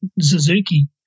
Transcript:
Suzuki